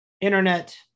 internet